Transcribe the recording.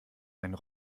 einen